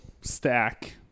stack